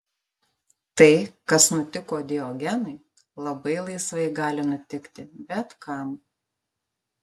tai kas nutiko diogenui labai laisvai gali nutikti bet kam